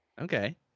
Okay